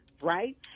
right